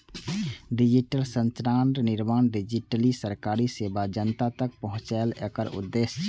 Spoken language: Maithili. डिजिटल संरचनाक निर्माण, डिजिटली सरकारी सेवा जनता तक पहुंचेनाय एकर उद्देश्य छियै